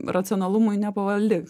racionalumui nepavaldi